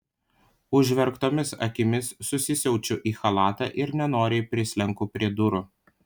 užverktomis akimis susisiaučiu į chalatą ir nenoriai prislenku prie durų